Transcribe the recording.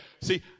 see